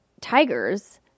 tigers